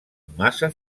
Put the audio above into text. massa